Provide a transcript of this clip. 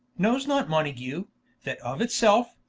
knowes not mountague, that of it selfe,